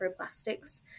microplastics